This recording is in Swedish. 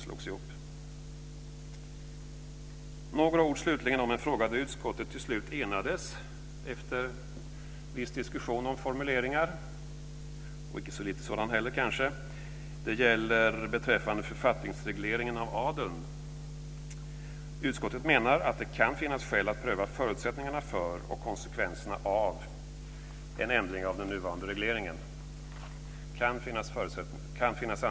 Slutligen några ord om en fråga där utskottet till slut enades - efter viss och inte så liten diskussion om formuleringar - nämligen beträffande författningsregleringen av adeln. Enligt utskottets mening "finns det skäl att pröva förutsättningarna för och konsekvenserna av en ändring av den nuvarande regleringen".